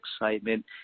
excitement